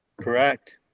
Correct